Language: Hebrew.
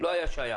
לא היה שייך.